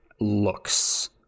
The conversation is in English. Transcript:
looks